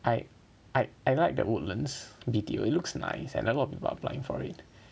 I I like that Woodlands B_T_O it looks nice and a lot of people are applying for it